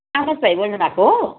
आकाश भाइ बोल्नुभएको हो